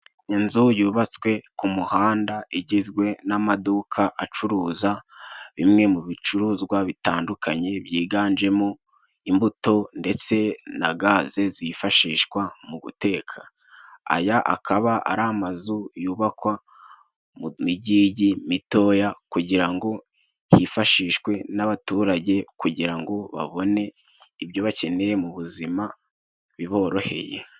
Inzu yubatswe ku muhanda, igizwe n'amaduka acuruza bimwe mu bicuruzwa bitandukanye byiganjemo imbuto ndetse na gaze zifashishwa mu guteka. Aya akaba ari amazu yubakwa mu mijyi mitoya kugira ngo yifashishwe n'abaturage kugira ngo babone ibyo bakeneye mu buzima biboroheye.